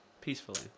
peacefully